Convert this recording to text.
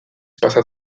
pasa